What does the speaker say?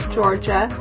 Georgia